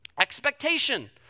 Expectation